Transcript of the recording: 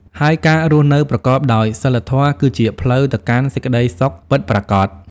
ហើយការរស់នៅប្រកបដោយសីលធម៌ គឺជាផ្លូវទៅកាន់សេចក្តីសុខពិតប្រាកដ។